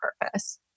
purpose